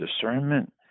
discernment